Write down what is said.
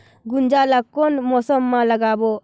गुनजा ला कोन मौसम मा लगाबो?